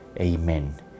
Amen